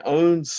own